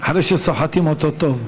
אחרי שסוחטים אותו טוב.